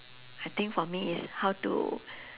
I think for me is how to